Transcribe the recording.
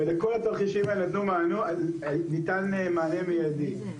ולכל התרחישים האלה ניתן מענה מידי.